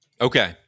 Okay